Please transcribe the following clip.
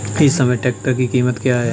इस समय ट्रैक्टर की कीमत क्या है?